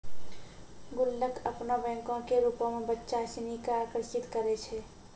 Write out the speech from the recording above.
गुल्लक अपनो बैंको के रुपो मे बच्चा सिनी के आकर्षित करै छै